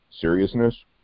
seriousness